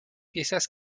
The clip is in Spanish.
piezas